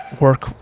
work